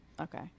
Okay